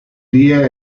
día